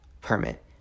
permit